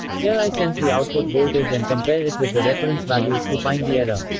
here i sense the output voltage and compare it with the reference value to find the error.